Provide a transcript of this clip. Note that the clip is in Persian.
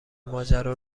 ماجرا